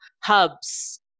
hubs